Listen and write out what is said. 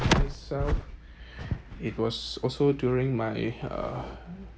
itself it was also during my uh